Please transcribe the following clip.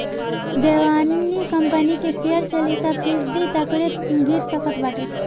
Devyani company के share चालीस फीसदी तकले गिर सकत बाटे